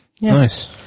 nice